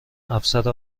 افسر